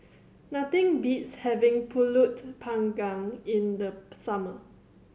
nothing beats having Pulut Panggang in the summer